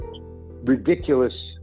ridiculous